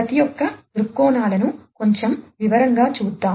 ప్రతి యొక్క దృక్కోణాలను కొంచెం వివరంగా చూద్దాం